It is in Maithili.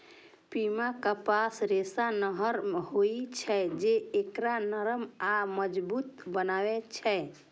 पीमा कपासक रेशा नमहर होइ छै, जे एकरा नरम आ मजबूत बनबै छै